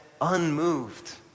unmoved